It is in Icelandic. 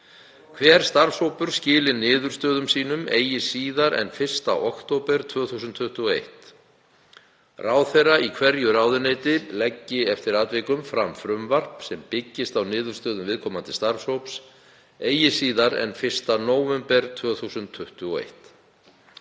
Hver starfshópur skili niðurstöðum sínum eigi síðar en 1. október 2021. Ráðherra í hverju ráðuneyti leggi, eftir atvikum, fram frumvarp sem byggist á niðurstöðum viðkomandi starfshóps eigi síðar en 1. nóvember 2021.